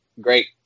great